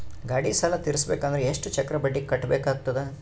ಗಾಡಿ ಸಾಲ ತಿರಸಬೇಕಂದರ ಎಷ್ಟ ಚಕ್ರ ಬಡ್ಡಿ ಕಟ್ಟಬೇಕಾಗತದ?